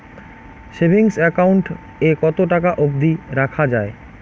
Savings account এ কতো টাকা অব্দি রাখা যায়?